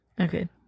Okay